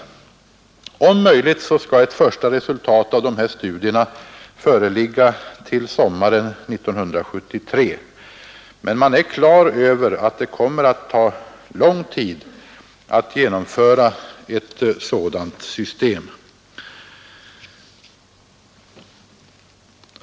Om möjligt skall ett första resultat av de studierna föreligga till sommaren 1973, men man är klar över att det kommer att ta lång tid att genomföra ett sådant system.